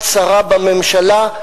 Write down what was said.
את שרה בממשלה,